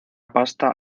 pasta